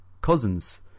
cousins